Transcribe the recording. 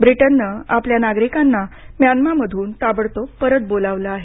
ब्रिटननं आपल्या नागिरकांना म्यानामारातून ताबडतोब परत बोलावलं आहे